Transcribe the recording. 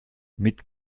mit